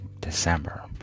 December